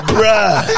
Bruh